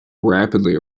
rapidly